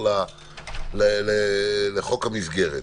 לחוק המסגרת.